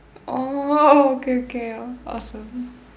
oh okay okay oh awesome